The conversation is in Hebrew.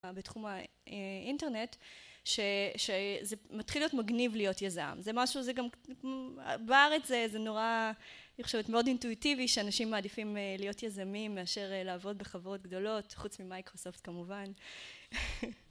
ב...בתחום ה... אה... אינטרנט, ש... שזה מתחיל להיות מגניב להיות יזם. זה משהו, זה גם... בארץ זה נורא, אני חושבת, מאוד אינטואיטיבי, שאנשים מעדיפים להיות יזמים מאשר לעבוד בחברות גדולות, חוץ ממייקרופסופט כמובן.